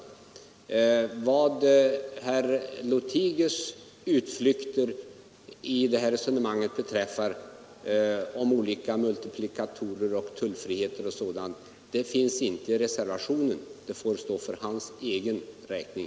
Beträffande herr Lothigius” utflykter i detta sammanhang där han talar om olika multiplikatorer, tullfrihet o. d. finns inte något sådant med i reservationen. Det får stå för hans egen räkning.